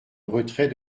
retrait